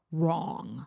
wrong